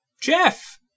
Jeff